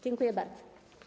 Dziękuję bardzo.